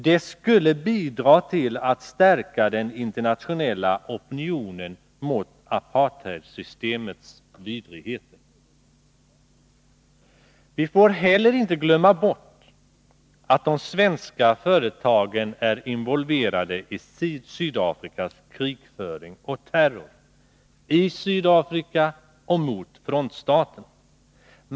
Det skulle också bidra till att stärka den internationella opinionen mot apartheidsystemets vidrigheter. Vi får heller inte glömma bort att de svenska företagen är involverade i Sydafrikas krigföring och terror i Sydafrika och mot frontstaterna.